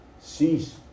cease